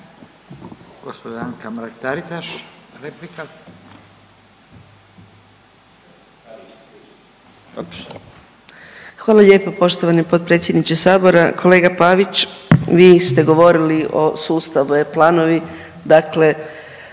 Hvala lijepo poštovani potpredsjedniče Sabora, kolega Pavić, vi ste govorili o sustavu e-Planovi, dakle